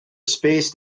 spaced